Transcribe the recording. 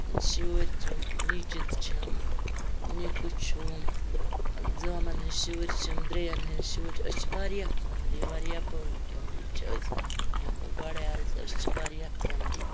شُرۍ چھِم نِچہِ زٕ چھَم نِکۍ چھُم زٲمَن ہٕنٛدۍ شُرۍ چھِم درٕٛیَن ہِنٛدۍ شُرۍ أسۍ چھِ واریاہ فیملی واریاہ بٔڑ فیملی چھِ أسۍ مےٚ کوٚر گۄڈے عرٕض أسۍ چھِ واریاہ بٔڑ فیملی